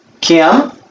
Kim